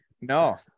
no